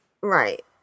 Right